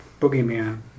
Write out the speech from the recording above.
boogeyman